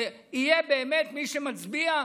שבאמת מי שמצביע,